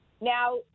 Now